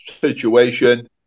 situation